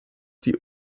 die